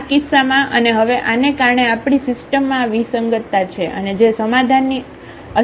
આ કિસ્સામાં અને હવે આને કારણે આપણી સિસ્ટમમાં આ વિસંગતતા છે અને જે સમાધાનની અસ્તિત્વ તરફ દોરી જાય છે